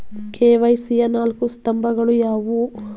KYC ಯ ನಾಲ್ಕು ಸ್ತಂಭಗಳು ಯಾವುವು?